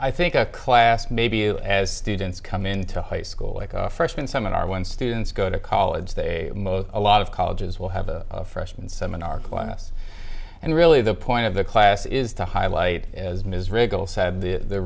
i think a class maybe you as students come into high school like a freshman seminar when students go to college they most a lot of colleges will have a freshman seminar class and really the point of the class is to highlight as ms